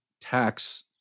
tax